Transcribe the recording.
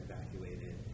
evacuated